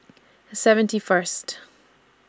seventy First